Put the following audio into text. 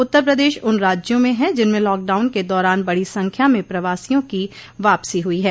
उत्तर प्रदेश उन राज्यों में है जिनम लॉकडाउन के दौरान बड़ी संख्या में प्रवासियों की वापसी हुई है